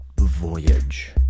Voyage